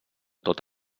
tot